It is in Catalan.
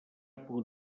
pogut